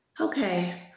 Okay